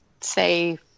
say